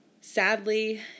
Sadly